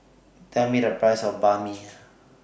Tell Me The Price of Banh MI